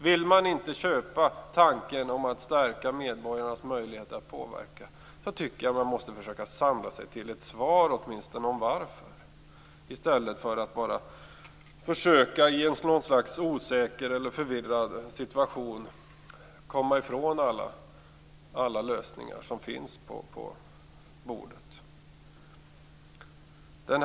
Vill man inte köpa tanken om att stärka medborgarnas möjligheter att påverka, tycker jag att man åtminstone borde försöka samla sig till en motivering i stället för att bara inge osäkerhet och förvirring och därigenom komma ifrån alla förslag till lösningar som finns på bordet.